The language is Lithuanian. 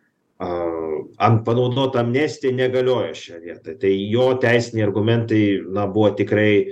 a ant panaudota amnestija negalioja šioj vietoj tai jo teisiniai argumentai na buvo tikrai